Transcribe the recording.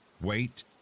Wait